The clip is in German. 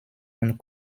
und